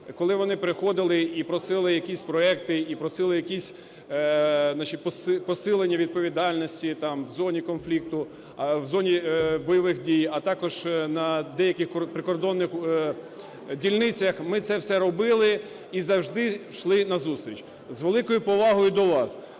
коли вони приходили і просили якісь проекти і просили наші посилення відповідальності там, в зоні конфлікту, в зоні бойових дій, а також на деяких прикордонних дільницях, ми це все робили і завжди йшли назустріч. З великою повагою до вас,